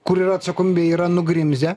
kur yra atsakomybė yra nugrimzę